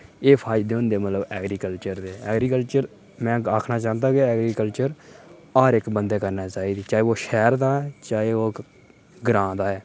एह् फायदे होंदे मतलव ऐग्रीकल्चर दे ऐग्रीकल्चर में आखना चाहंदा कि ऐग्रीकल्चर हर इक बंदे करनी चाहीदी चाहे ओह् शैह्र दा ऐ चाहे ओह् ग्रां दा ऐ